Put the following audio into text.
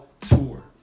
Tour